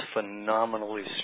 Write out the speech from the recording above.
phenomenally